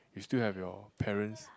you still have your parents